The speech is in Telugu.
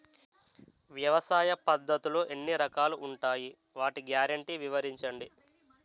వ్యవసాయ పద్ధతులు ఎన్ని రకాలు ఉంటాయి? వాటి గ్యారంటీ వివరించండి?